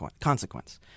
consequence